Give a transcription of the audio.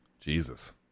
Jesus